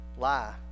lie